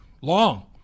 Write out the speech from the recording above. long